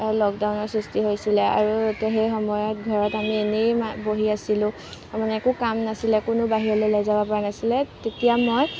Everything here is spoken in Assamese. লকডাউনৰ সৃষ্টি হৈছিলে আৰু সেই সময়ত ঘৰত আমি এনেই বহি আছিলোঁ তাৰমানে একো কাম নাছিলে কোনো বাহিৰলৈ ওলাই যাব পৰা নাছিলে তেতিয়া মই